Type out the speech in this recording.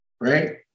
Right